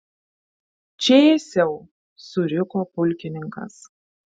čėsiau suriko pulkininkas